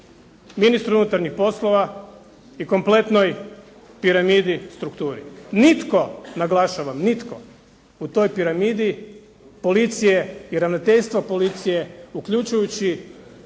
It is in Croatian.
ministru unutarnjih poslova i kompletnoj piramidi strukture. Nitko, naglašavam nitko u toj piramidi policije i ravnateljstva policije uključujući